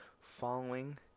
following